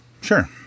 Sure